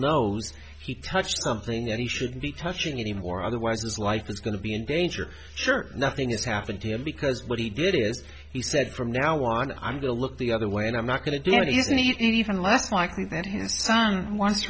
knows he touched something that he shouldn't be touching anymore otherwise his life is going to be in danger sure nothing has happened to him because what he did is he said from now on i'm going to look the other way and i'm not going to do what is needed even less likely that his